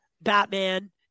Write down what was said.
Batman